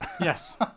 Yes